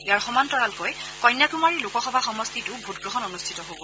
ইয়াৰ সমান্তৰালকৈ কন্যাকূমাৰী লোকসভা সমষ্টিটো ভোটগ্ৰহণ অনুষ্ঠিত হ'ব